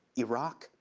iraq,